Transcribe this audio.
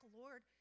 Lord